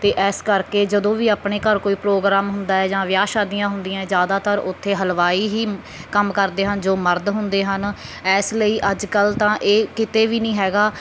ਅਤੇ ਇਸ ਕਰਕੇ ਜਦੋਂ ਵੀ ਆਪਣੇ ਘਰ ਕੋਈ ਪ੍ਰੋਗਰਾਮ ਹੁੰਦਾ ਹੈ ਜਾਂ ਵਿਆਹ ਸ਼ਾਦੀਆਂ ਹੁੰਦੀਆਂ ਜ਼ਿਆਦਾਤਰ ਉੱਥੇ ਹਲਵਾਈ ਹੀ ਕੰਮ ਕਰਦੇ ਹਨ ਜੋ ਮਰਦ ਹੁੰਦੇ ਹਨ ਇਸ ਲਈ ਅੱਜ ਕੱਲ੍ਹ ਤਾਂ ਇਹ ਕਿਤੇ ਵੀ ਨਹੀਂ ਹੈਗਾ